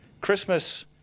Christmas